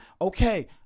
Okay